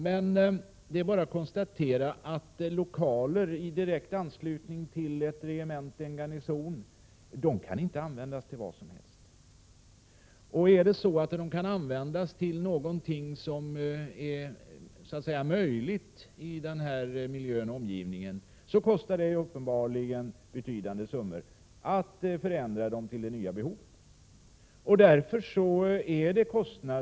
Men det är bara att konstatera att lokaler i direkt anslutning till en garnison inte kan användas till vad som helst. Om de skall kunna användas till någonting i den här omgivningen kostar det uppenbarligen betydande summor att förändra dem för att passa till det nya behovet.